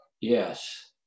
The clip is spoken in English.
yes